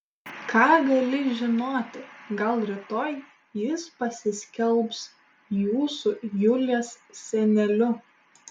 ką gali žinoti gal rytoj jis pasiskelbs jūsų julės seneliu